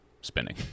spinning